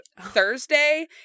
Thursday